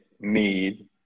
need